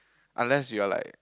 unless you're like